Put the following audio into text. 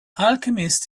alchemist